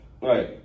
right